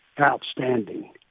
outstanding